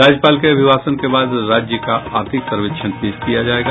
राज्यपाल के अभिभाषण के बाद राज्य का आर्थिक सर्वेक्षण पेश किया जायेगा